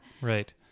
Right